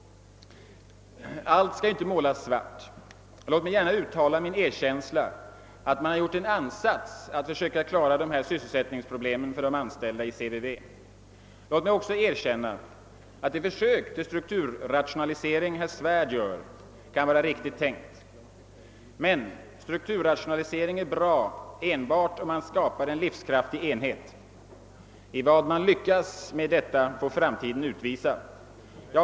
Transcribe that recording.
Allt skall inte målas svart. Låt mig gärna uttala min erkänsla för att man dock försökt göra en insats för att klara sysselsättningsproblemen för de anställda i CVV. Låt mig också erkänna att det försök till strukturrationalisering som herr Svärd gör kan vara riktigt tänkt. Men strukturrationalisering är bra endast om man skapar en livskraftig enhet. I vad mån detta lyckas får framtiden utvisa.